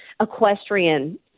equestrian